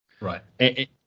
Right